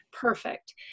perfect